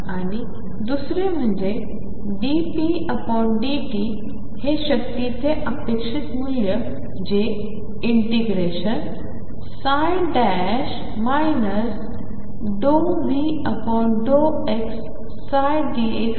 आणि दुसरे म्हणजे ddt⟨p⟩ हे शक्तीचे अपेक्षित मूल्य जे ∂V∂xψ dx सारखे आहे